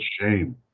shame